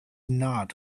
not